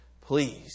Please